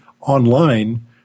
online